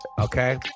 okay